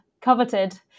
coveted